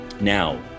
Now